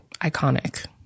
iconic